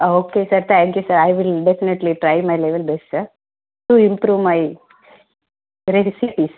okay sir thank you sir I will definitely try my level best sir to improve my recipes